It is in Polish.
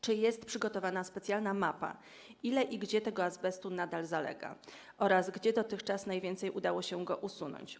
Czy jest przygotowana specjalna mapa wskazująca, ile i gdzie tego azbestu nadal zalega oraz gdzie dotychczas najwięcej udało się go usunąć?